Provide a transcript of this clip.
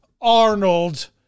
Arnold